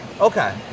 okay